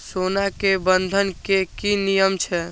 सोना के बंधन के कि नियम छै?